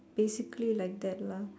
basically like that lah